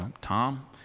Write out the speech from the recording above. Tom